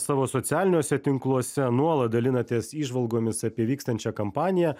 savo socialiniuose tinkluose nuolat dalinatės įžvalgomis apie vykstančią kampaniją